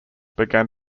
began